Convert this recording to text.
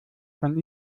von